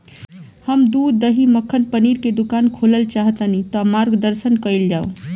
हम दूध दही मक्खन पनीर के दुकान खोलल चाहतानी ता मार्गदर्शन कइल जाव?